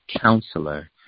Counselor